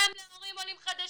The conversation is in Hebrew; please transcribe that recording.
גם להורים עולים חדשים.